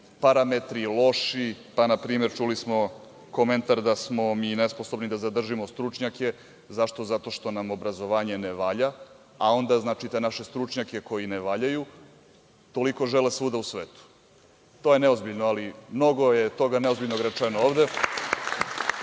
parametri loši? Na primer, čuli smo komentar da smo mi nesposobni da zadržimo stručnjake. Zašto? Zato što nam obrazovanje ne valja, a onda znači te naše stručnjake koji ne valjaju, toliko žele svuda u svetu. To je neozbiljno, ali mnogo je toga neozbiljnog rečeno ovde